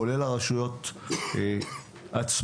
כולל הרשויות עצמן,